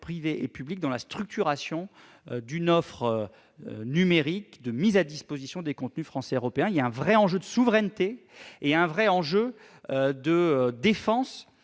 privés et publics dans la structuration d'une offre numérique de mise à disposition des contenus français et européens. Il y a là un véritable enjeu de souveraineté et de défense